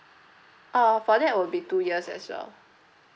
uh for that will be two years as well